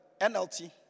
NLT